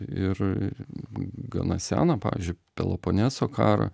ir gana seną pavyzdžiui peloponeso karą